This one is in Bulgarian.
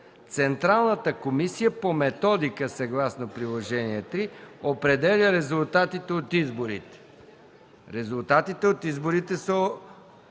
Централната комисия по методика, съгласно приложение № 3 определя резултатите от изборите...” Резултатите от изборите се